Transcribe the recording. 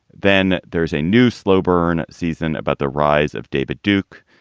then there's a new slow burn season about the rise of david duke.